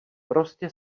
prostě